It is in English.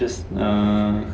just err